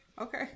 Okay